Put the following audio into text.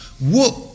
Whoop